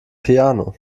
piano